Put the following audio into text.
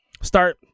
start –